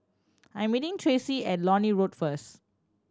I am meeting Tracy at Lornie Road first